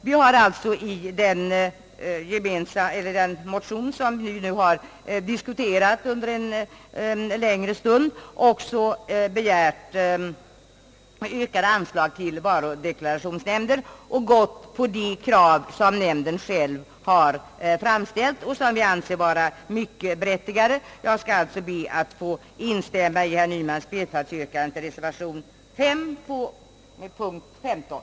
Vi har i den motion som nu under en längre stund diskuterats begärt ökat anslag till varudeklarationsnämnden i enlighet med de önskemål som nämnden själv har framfört och som vi anser vara mycket berättigade. Jag ber att få instämma i herr Nymans yrkande om bifall till reservationen vid punkten 15.